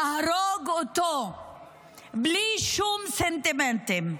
להרוג אותו בלי שום סנטימנטים.